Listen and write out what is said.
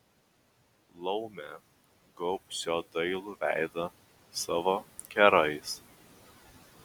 laumė gaubs jo dailų veidą savo kerais